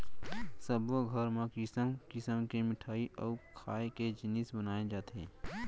सब्बो घर म किसम किसम के मिठई अउ खाए के जिनिस बनाए जाथे